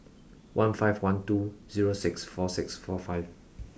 one five one two zero six four six four five